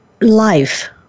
Life